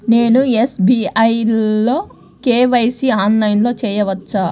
నేను ఎస్.బీ.ఐ లో కే.వై.సి ఆన్లైన్లో చేయవచ్చా?